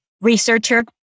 researcher